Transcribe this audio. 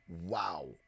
wow